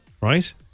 right